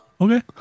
Okay